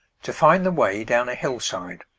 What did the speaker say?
to find the way down a hill-side